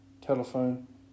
Telephone